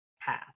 path